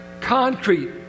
concrete